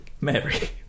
Mary